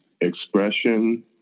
expression